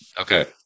Okay